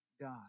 God